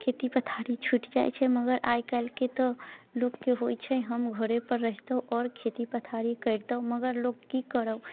खेती पथारि छुटि जाइत छै मगर आइ कल्हिके तऽ लोककेँ होइत छै हम घरे पर रहितहुँ आओर खेती पथारी करितहुँ मगर लोक की करऽ